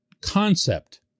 concept